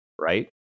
right